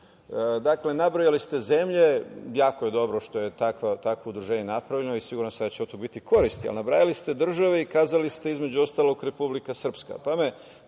forum, nabrojali ste zemlje, jako je dobro što je takvo udruženje napravljeno i siguran sam da će od toga biti koristi, ali nabrajali ste države i kazali ste, između ostalog, Republika Srpska, pa me